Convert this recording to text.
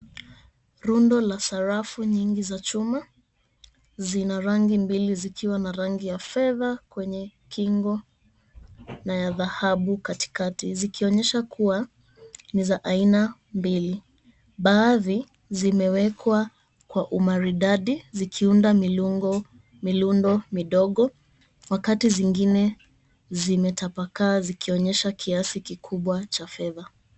Rundo la sarafu nyingi za chuma zina rangi mbili zikiwa na rangi ya fedha kwenye kingo na ya dhahabu katikati zikionyesha kuwa ni za aina mbili. Baadhi zimeekwa kwa umaridadi zikiunda milundo midogo wakati zingine zimetapakaa zikionyesha kiasi kikubwa cha fedha.